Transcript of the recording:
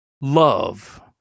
love